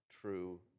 true